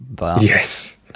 Yes